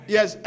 Yes